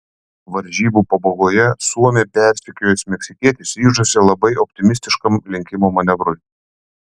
varžybų pabaigoje suomį persekiojęs meksikietis ryžosi labai optimistiškam lenkimo manevrui